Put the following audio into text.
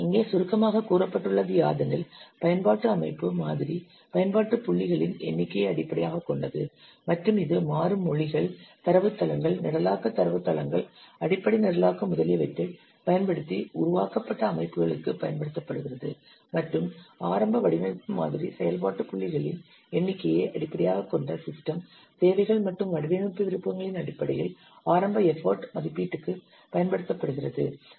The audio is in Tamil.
இங்கே சுருக்கமாக கூறப்பட்டுள்ளது யாதெனில் பயன்பாட்டு அமைப்பு மாதிரி பயன்பாட்டு புள்ளிகளின் எண்ணிக்கையை அடிப்படையாகக் கொண்டது மற்றும் இது மாறும் மொழிகள் தரவு தளங்கள் நிரலாக்க தரவு தளங்கள் அடிப்படை நிரலாக்கம் முதலியவற்றைப் பயன்படுத்தி உருவாக்கப்பட்ட அமைப்புகளுக்குப் பயன்படுத்தப்படுகிறது மற்றும் ஆரம்ப வடிவமைப்பு மாதிரி செயல்பாட்டு புள்ளிகளின் எண்ணிக்கையை அடிப்படையாகக் கொண்ட சிஸ்டம் தேவைகள் மற்றும் வடிவமைப்பு விருப்பங்களின் அடிப்படையில் ஆரம்ப எஃபர்ட் மதிப்பீட்டிற்கு பயன்படுத்தப்படுகிறது